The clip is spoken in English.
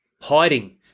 Hiding